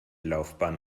laufbahn